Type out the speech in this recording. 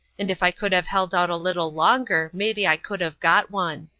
and if i could have held out a little longer maybe i could have got one.